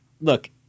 look